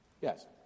Yes